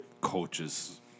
coaches